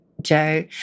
Joe